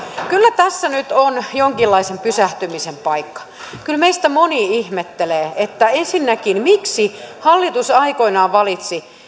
kyllä tässä nyt on jonkinlaisen pysähtymisen paikka kyllä meistä moni ihmettelee ensinnäkin miksi hallitus aikoinaan valitsi